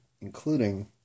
including